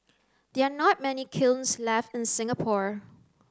there are not many kilns left in Singapore